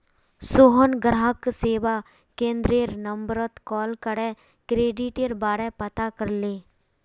सोहन ग्राहक सेवा केंद्ररेर नंबरत कॉल करे क्रेडिटेर बारा पता करले